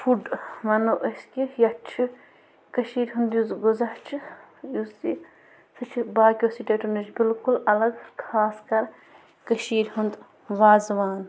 food وَنَو أسۍ کہِ یَتھ چھِ کٔشیٖر ہُنٛد یُس غُزا چھُ یُس یہِ سُہ چھُ باقیَو سِٹیٹَو نِش بِلکُل الگ خاص کر کٔشیٖر ہُند وازٕ وان